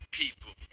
people